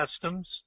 customs